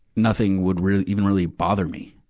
nothing would real, even really bother me.